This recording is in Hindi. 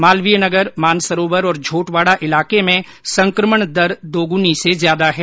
मालवीय नगर मानसरोवर और झोटवाड़ा इलाके में संक्रमण दर दोगुनी से ज्यादा है